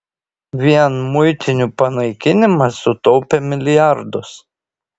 vien muitinių panaikinimas sutaupė milijardus